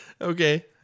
Okay